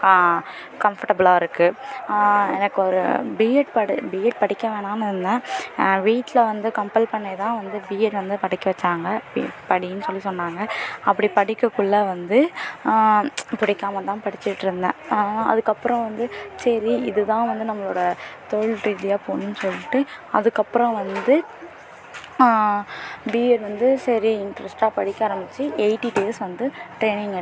கா கம்ஃபர்டபுளாக இருக்குது எனக்கு ஒரு பிஎட் படி பிஎட் படிக்க வேணாம்ன்னு இருந்தேன் வீட்டில் வந்து கம்பல் பண்ணி தான் வந்து பிஎட் வந்து படிக்க வைச்சாங்க போய் படின்னு சொல்லி சொன்னாங்க அப்படி படிக்க குள்ளே வந்து பிடிக்காம தான் படிச்சுட்டு இருந்தேன் அதுக்கப்புறம் வந்து சரி இதுதான் வந்து நம்மளோட தொழில் ரீதியாக போகணும்னு சொல்லிகிட்டு அதுக்கப்புறம் வந்து பிஎட் வந்து சரி இண்ட்ரெஸ்ட்டாக படிக்க ஆரம்பித்து எயிட்டி டேஸ் வந்து ட்ரைனிங் எடுத்தாங்க அந்த எயிட்டி டேஸில் வந்து